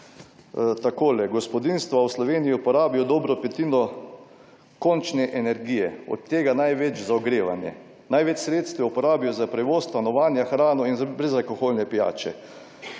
takole: »Gospodinjstva v Sloveniji porabijo dobro petino končne energije, od tega največ za ogrevanje. Največ sredstev porabijo za prevoz, stanovanja, hrano in za brezalkoholne pijače.